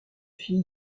fille